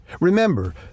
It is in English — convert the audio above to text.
Remember